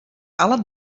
alle